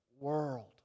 world